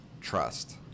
trust